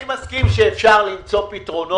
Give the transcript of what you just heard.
אני מסכים שאפשר למצוא פתרונות.